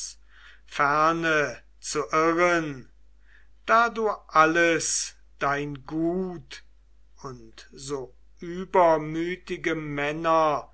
zu irren da du alles dein gut und so übermütige männer